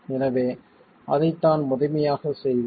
எனவே அதைத்தான் முதன்மையாகச் செய்வோம்